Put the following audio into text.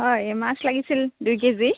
হয় মাছ লাগিছিল দুই কেজি